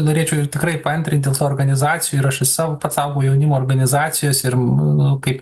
norėčiau ir tikrai paantrinti dėl tų organizacijų ir aš iš savo pats savo jaunimo organizacijose ir nu kaip